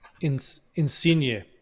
Insigne